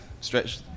stretch